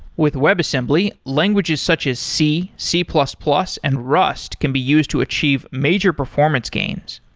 with web assembly, languages such as c, c plus plus and rust can be used to achieve major performance gains.